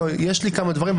יש לי כמה דברים,